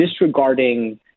disregarding